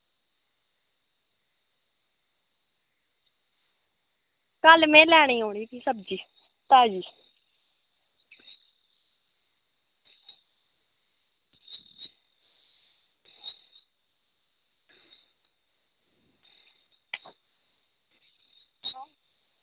कल्ल में भी लैने गी औना ई सब्ज़ी ताज़ी